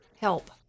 help